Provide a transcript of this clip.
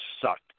sucked